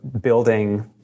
building